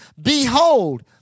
Behold